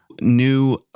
new